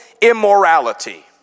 immorality